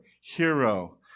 hero